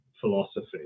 philosophy